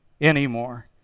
anymore